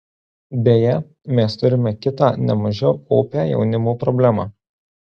deja mes turime kitą ne mažiau opią jaunimo problemą